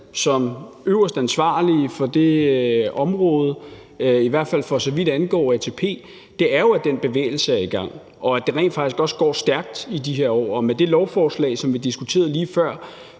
som øverst ansvarlig for det område, i hvert fald for så vidt angår ATP, er jo, at den bevægelse er i gang, og at det rent faktisk også går stærkt i de her år, og med det lovforslag, som vi diskuterede lige før,